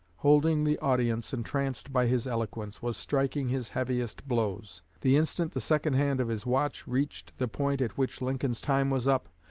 holding the audience entranced by his eloquence, was striking his heaviest blows. the instant the secondhand of his watch reached the point at which lincoln's time was up,